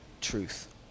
truth